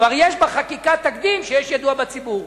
כבר יש בחקיקה תקדים שיש ידוע בציבור.